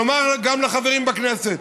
לומר גם לחברים בכנסת: